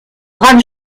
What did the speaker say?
braves